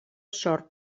sort